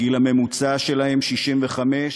הגיל הממוצע שלהם 65,